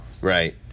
right